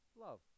love